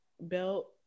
belt